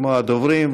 כמו הדוברים,